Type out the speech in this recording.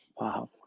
Wow